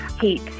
Heat